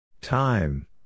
Time